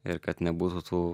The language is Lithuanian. ir kad nebūtų tų